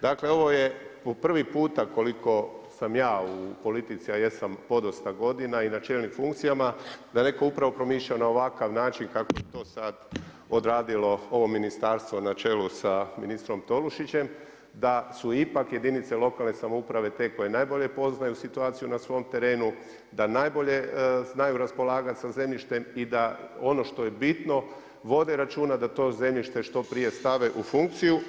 Dakle, ovo je po prvi puta koliko sam ja u politici, a jesam podosta godina i na čelnim funkcijama da netko upravo promišlja na ovakav način kako je to sada odradilo ovo ministarstvo na čelu sa ministrom Tolušićem da su ipak jedinice lokalne samouprave te koje najbolje poznaju situaciju na svom terenu, da najbolje znaju raspolagati sa zemljištem i da ono što je bitno vode računa da to zemljište što prije stave u funkciju.